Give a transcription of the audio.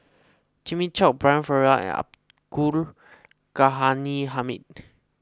Jimmy Chok Brian Farrell Abdul Ghani Hamid